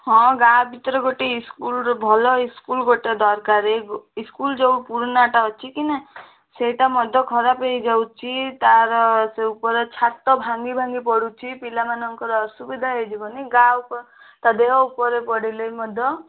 ହଁ ଗାଁ ଭିତରେ ଗୋଟେ ସ୍କୁଲ୍ରେ ଭଲ ସ୍କୁଲ୍ ଗୋଟେ ଦରକାର ଏଇ ସ୍କୁଲ୍ ଯେଉଁ ପୂରୁନାଟା ଅଛି କି ନା ସେଇଟା ମଧ୍ୟ ଖରାପ ହୋଇଯାଉଛି ତା'ର ସେ ଉପରଛାତ ଭାଙ୍ଗି ଭାଙ୍ଗି ପଡ଼ୁଛି ପିଲାମାନଙ୍କର ଅସୁବିଧା ହୋଇଯିବନି କାହା ଉପରେ ତା ଦେହ ଉପରେ ପଡିଲେବି ମଧ୍ୟ